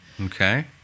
Okay